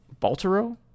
Baltaro